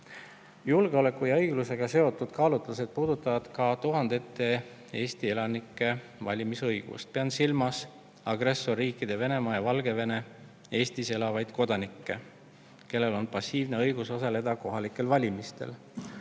Julgeoleku ja õiglusega seotud kaalutlused puudutavad ka tuhandete Eesti elanike valimisõigust. Pean silmas agressorriikide Venemaa ja Valgevene Eestis elavaid kodanikke, kellel on passiivne õigus osaleda kohalikel valimistel,